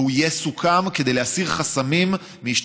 והוא יסוכם כדי להסיר חסמים בהשתתפות.